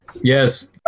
Yes